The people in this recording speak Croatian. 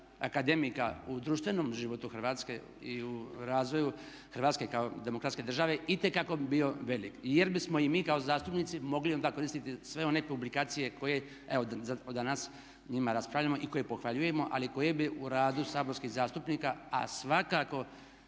akademika u društvenom životu Hrvatske i u razvoju Hrvatske kao demotske države itekako bi bio velik jer bismo i mi kao zastupnici mogli onda koristiti sve one publikacije koje evo … o njima raspravljamo i koje pohvaljujemo, ali koje bi u radu saborskih zastupnika a svakako